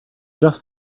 just